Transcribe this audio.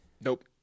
Nope